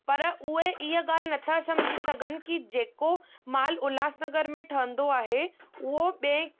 पर उहे ईह ॻाल्हि न था समझी सघनि कि जेको माल उल्हास नगर में ठहंदो आहे उहो ॿिए